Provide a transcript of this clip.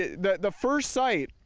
the first site,